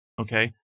Okay